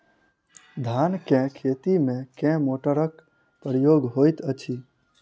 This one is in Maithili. धान केँ खेती मे केँ मोटरक प्रयोग होइत अछि?